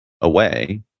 away